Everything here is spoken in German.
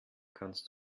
kannst